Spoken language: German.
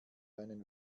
einen